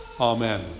Amen